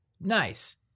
nice